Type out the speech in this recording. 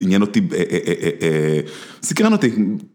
‫עניין אותי... סיקרן אותי